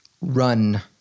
run